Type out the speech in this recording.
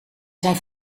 zijn